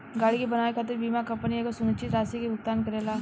गाड़ी के बनावे खातिर बीमा कंपनी एगो सुनिश्चित राशि के भुगतान करेला